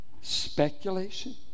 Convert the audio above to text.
Speculation